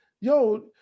Yo